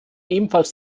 ebenfalls